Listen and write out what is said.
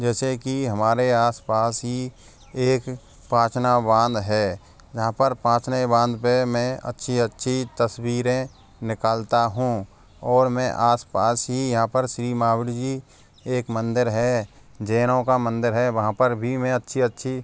जैसे की हमारे आस पास ही एक पाचना बाँध है जहाँ पर पाचने बाँध पे मैं अच्छी अच्छी तस्वीरें निकालता हूँ और मैं आसपास ही यहाँ पर श्री मावड़ी जी एक मंदिर है जैनों का मंदिर है वहाँ पर भी मैं अच्छी अच्छी